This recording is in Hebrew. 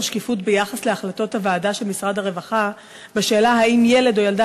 שקיפות ביחס להחלטות הוועדה של משרד הרווחה בשאלה אם ילד או ילדה